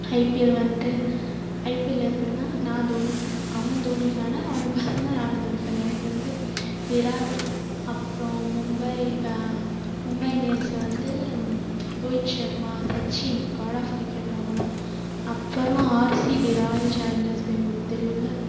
IPL வந்துட்டு IPL எப்பிட்னா நான் தோனி ஃபே அவன் தோனி ஃபேன் அவனை பார்த்து தான் நானும் தோனி ஃபேன் எனக்கு வந்து விராட் அப்பறம் மும்பை மும்பை இண்டியன்ஸில் வந்து Rohit Sharma Sachin god of cricket அவங்கள்லாம் அப்பறம் ஆர்சிபி ராயல் சேலஞ்சர்ஸ் பெங்களூர் தெரியுமில்ல